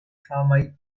famaj